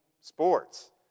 sports